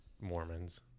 Mormons